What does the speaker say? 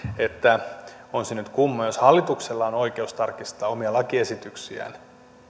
että on se nyt kumma jos hallituksella on oikeus tarkistaa omia lakiesityksiään